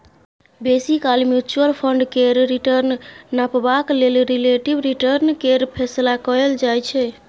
बेसी काल mutual fund केर रिटर्न नापबाक लेल रिलेटिब रिटर्न केर फैसला कएल जाइ छै